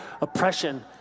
oppression